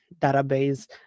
database